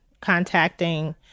contacting